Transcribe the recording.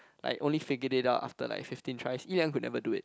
like only figure it out after like fifteen tries Yi-Yang could never do it